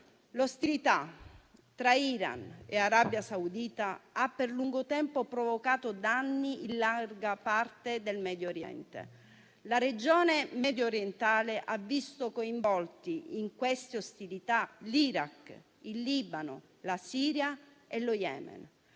L'ostilità tra Iran e Arabia Saudita ha per lungo tempo provocato danni in larga parte del Medio Oriente. La Regione mediorientale ha visto coinvolti in queste ostilità l'Iraq, il Libano, la Siria e lo Yemen.